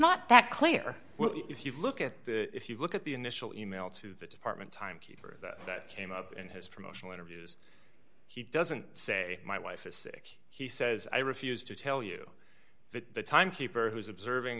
not that clear if you look at if you look at the initial email to the department timekeeper that came up in his promotional interviews he doesn't say my wife is sick he says i refuse to tell you the timekeeper who's observing